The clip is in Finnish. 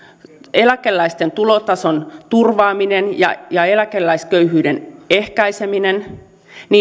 eläkeläisten tulotason turvaaminen ja ja eläkeläisköyhyyden ehkäiseminen